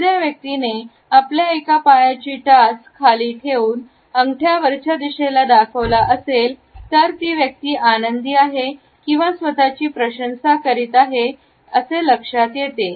एखाद्या व्यक्तीने आपल्या एका पायाची टाच खाली ठेवून अंगठ्या वरच्या दिशेला दाखवला असेल तर ती व्यक्ती आनंदी आहे किंवा स्वतःची प्रशंसा करीत आहे असे लक्षात येते